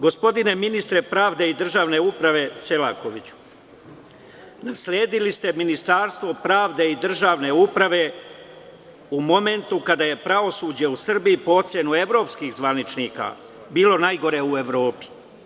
Gospodine ministre pravde i državne uprave Selakoviću, nasledili ste Ministarstvo pravde i državne uprave u momentu kada je pravosuđe u Srbiji, po oceni evropskih zvaničnika, bilo najgore u Evropi.